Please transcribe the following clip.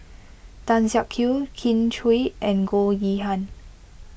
Tan Siak Kew Kin Chui and Goh Yihan